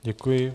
Děkuji.